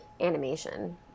animation